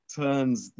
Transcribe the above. turns